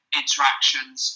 interactions